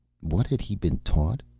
what had he been taught?